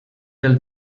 del